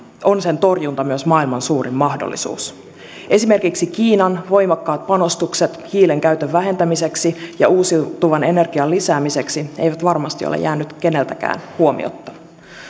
on sen torjunta myös maailman suurin mahdollisuus esimerkiksi kiinan voimakkaat panostukset hiilen käytön vähentämiseksi ja uusiutuvan energian lisäämiseksi eivät varmasti ole jääneet keneltäkään huomiotta